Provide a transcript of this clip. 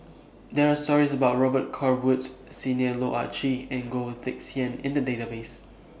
There Are stories about Robet Carr Woods Senior Loh Ah Chee and Goh Teck Sian in The Database